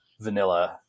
Vanilla